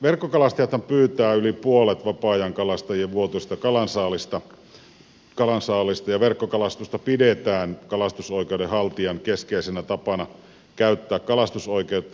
verkkokalastajathan pyytävät yli puolet vapaa ajankalastajien vuotuisesta kalansaaliista ja verkkokalastusta pidetään kalastusoikeuden haltijan keskeisenä tapana käyttää kalastusoikeutta